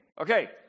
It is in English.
Okay